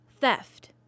theft